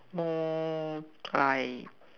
more I